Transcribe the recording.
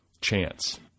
chance